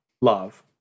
love